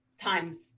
times